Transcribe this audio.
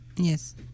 Yes